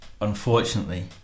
unfortunately